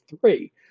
three